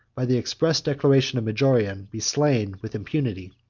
by the express declaration of majorian, be slain with impunity.